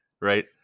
right